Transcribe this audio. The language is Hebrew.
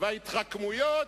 וההתחכמויות,